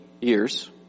Years